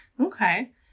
Okay